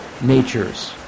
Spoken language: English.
natures